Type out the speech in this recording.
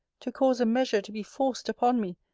to cause a measure to be forced upon me,